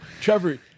Trevor